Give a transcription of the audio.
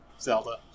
Zelda